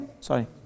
Sorry